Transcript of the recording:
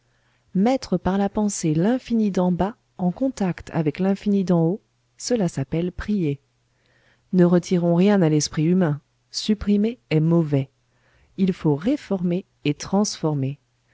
mettre par la pensée l'infini d'en bas en contact avec l'infini d'en haut cela s'appelle prier ne retirons rien à l'esprit humain supprimer est mauvais il faut réformer et transformer